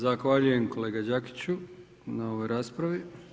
Zahvaljujem kolega Đakiću na ovoj raspravi.